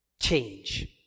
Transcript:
Change